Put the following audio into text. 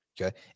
Okay